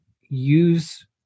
use